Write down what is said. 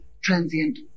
transient